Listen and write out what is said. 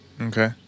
okay